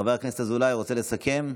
חבר הכנסת אזולאי, רוצה לסכם?